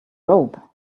robe